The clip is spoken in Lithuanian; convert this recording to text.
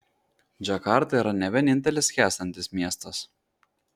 džakarta yra ne vienintelis skęstantis miestas